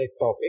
topic